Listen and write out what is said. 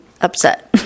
upset